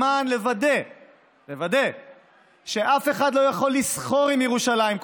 וכדי לוודא שאף אחד לא יכול לסחור עם ירושלים,